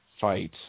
fight